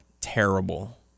terrible